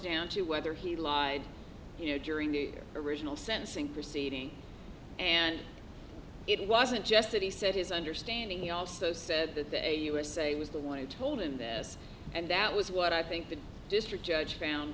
down to whether he lied here during the original sentencing proceeding and it wasn't just that he said his understanding also said that the usa was the one who told him this and that was what i think the district judge found